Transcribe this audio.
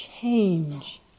change